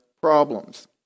problems